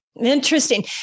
Interesting